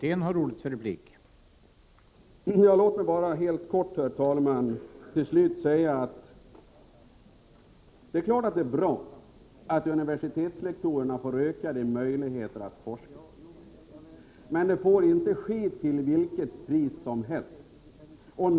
Herr talman! Låt mig bara helt kort till slut säga att det är klart att det är bra att universitetslektorerna får ökade möjligheter att forska. Men det får inte ske till vilket pris som helst.